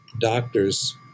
doctors